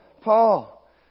Paul